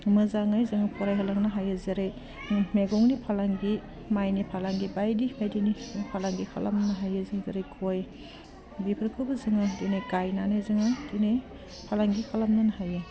मोजाङै जोङो फरायहोलांनो हायो जेरै मेगंनि फालांगि माइनि फालांगि बायदि बायदिनि फालांगि खालामनो हायो जों जेरै गय बिफोरखौबो जोङो दिनै गायनानै जोङो दिनै फालांगि खालामनो हायो